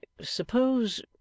suppose